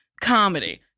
comedy